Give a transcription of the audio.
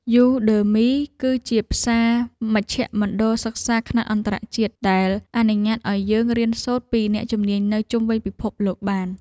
យូដឺមី គឺជាផ្សារមជ្ឈមណ្ឌលសិក្សាខ្នាតអន្តរជាតិដែលអនុញ្ញាតឱ្យយើងរៀនសូត្រពីអ្នកជំនាញនៅជុំវិញពិភពលោកបាន។